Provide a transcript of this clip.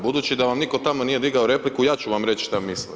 Budući da vam nitko tamo nije digao repliku, ja ću vam reći šta misle.